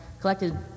collected